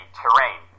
terrain